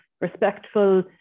respectful